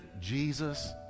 Jesus